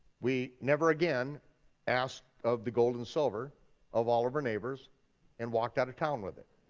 we never again asked of the gold and silver of all of our neighbors and walked out of town with it.